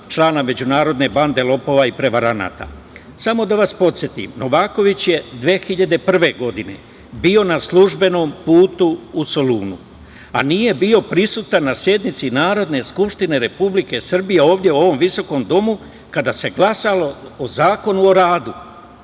člana međunarodne bande lopova i prevaranata. Samo da vas podsetim, Novaković je 2001. godine bio na službenom putu u Solunu, a nije bio prisutan na sednici Narodne skupštine Republike Srbije, ovde u ovom visokom domu, kada se glasalo o Zakonu o radu.